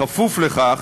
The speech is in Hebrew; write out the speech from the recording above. בכפוף לכך